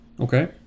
Okay